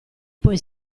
poi